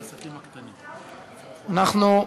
אנחנו,